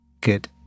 Good